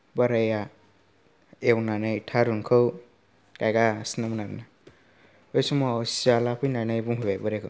बोराया एवनानै थारुनखौ गायगासिनोमोन आरो ना बे समाव सियाला फैनानै बुंफैबाय बोराइखौ